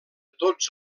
tots